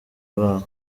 babo